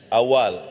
awal